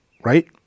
right